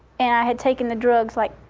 and i had taken the drugs, like,